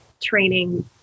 training